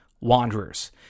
Wanderers